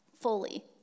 fully